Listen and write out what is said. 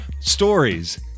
stories